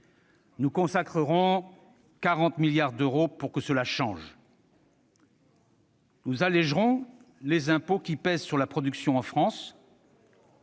Nous consacrerons 40 milliards d'euros pour que cela change. Nous allégerons les impôts qui pèsent sur la production en France.